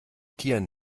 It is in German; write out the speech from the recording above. tieren